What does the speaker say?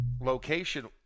location